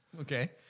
Okay